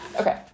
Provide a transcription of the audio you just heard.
Okay